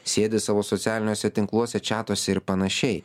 sėdi savo socialiniuose tinkluose čiatuose ir panašiai